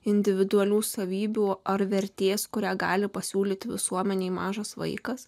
individualių savybių ar vertės kurią gali pasiūlyti visuomenei mažas vaikas